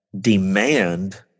demand